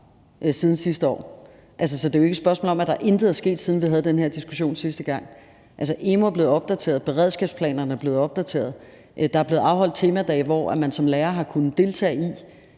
siden sidste år. Så det er jo ikke et spørgsmål om, at der intet er sket, siden vi havde den her diskussion sidste gang. Emu.dk er blevet opdateret. Beredskabsplanerne er blevet opdateret. Der er blevet afholdt temadage, hvor man som lærer har kunnet deltage i